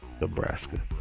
nebraska